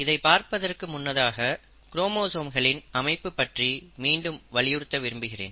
இதை பார்ப்பதற்கு முன்னதாக குரோமோசோம்களின் அமைப்பு பற்றி மீண்டும் வலியுறுத்த விரும்புகிறேன்